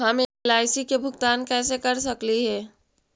हम एल.आई.सी के भुगतान कैसे कर सकली हे?